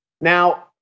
Now